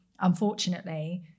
unfortunately